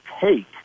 take